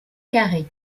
carré